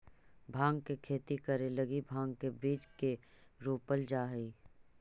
भाँग के खेती करे लगी भाँग के बीज के रोपल जा हई